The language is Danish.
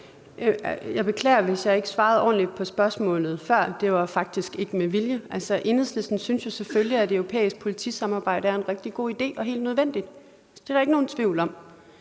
Jeg beklager, hvis jeg ikke svarede ordentligt på spørgsmålet før. Det var faktisk ikke med vilje. Altså, Enhedslisten synes selvfølgelig, at et europæisk politisamarbejde er en rigtig god idé og helt nødvendigt. Det er der ikke nogen tvivl om.